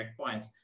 checkpoints